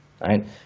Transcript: right